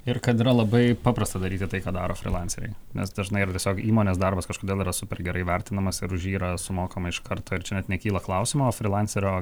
ir kad yra labai paprasta daryti tai ką daro frylanceriai nes dažnai yra tiesiog įmonės darbas kažkodėl yra super gerai vertinamas ir už jį yra sumokama iš karto ir čia net nekyla klausimo o frylancerio